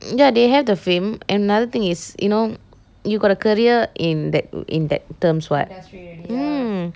ya they have the fame and another thing is you know you got a career in that in that terms what mm